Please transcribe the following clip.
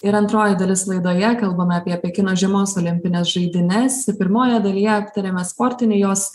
ir antroji dalis laidoje kalbame apie pekino žiemos olimpines žaidynes pirmojoje dalyje aptarėme sportinį jos